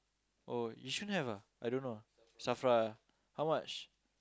oh Yishun have ah I don't know S_A_F_R_A ah how much